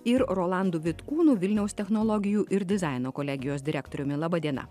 ir rolandu vitkūnu vilniaus technologijų ir dizaino kolegijos direktoriumi laba diena